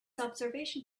observation